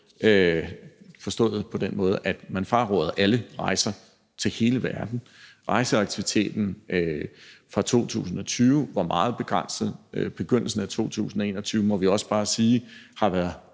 forstået på den måde at man fraråder alle rejser til hele verden. Rejseaktiviteten i 2020 var meget begrænset, og vi må også bare sige, at